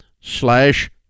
slash